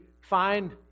find